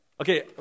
okay